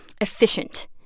efficient